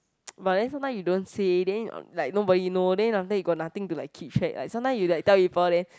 but then sometimes you don't say then like nobody you know then after that you got nothing to like keep track like sometime you like tell people then